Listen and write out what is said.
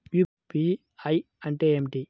UPI అంటే ఏమిటి?